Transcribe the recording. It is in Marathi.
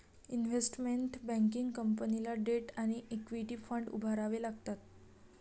इन्व्हेस्टमेंट बँकिंग कंपनीला डेट आणि इक्विटी फंड उभारावे लागतात